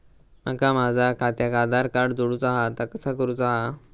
माका माझा खात्याक आधार कार्ड जोडूचा हा ता कसा करुचा हा?